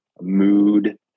mood